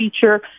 feature